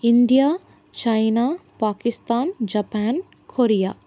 India China Pakistan Japan Korea